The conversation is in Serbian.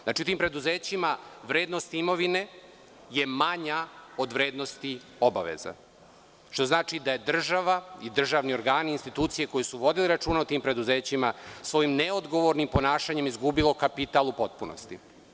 Znači, u tim preduzećima vrednost imovine je manja od vrednosti obaveza, što znači da je država i državni organi, institucije, koji su vodili računa o tim preduzećima, svojim neodgovornim ponašanjem izgubili kapital u potpunosti.